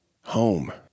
Home